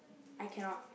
I cannot